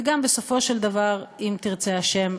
וגם בסופו של דבר, אם תרצה השם,